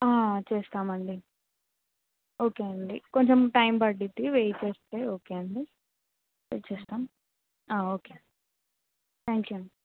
చేస్తామండి ఓకే అండి కొంచెం టైం పడుతుంది వెయిట్ చేస్తే ఓకే అండి వెయిట్ చేస్తాం ఓకే థ్యాంక్ యూ అండి